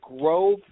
Grove